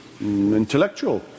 intellectual